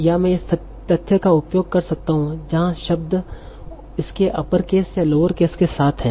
या मैं इस तथ्य का उपयोग कर सकता हूं जहां शब्द इसके अपर केस या लोअर केस के साथ है